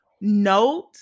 note